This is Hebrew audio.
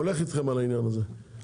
אני הולך אתכם על העניין הזה,